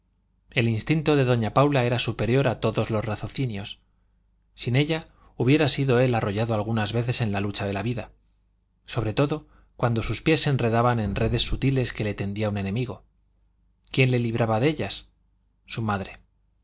el instinto de doña paula era superior a todos los raciocinios sin ella hubiera sido él arrollado algunas veces en la lucha de la vida sobre todo cuando sus pies se enredaban en redes sutiles que le tendía un enemigo quién le libraba de ellas su madre